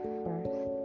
first